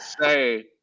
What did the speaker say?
say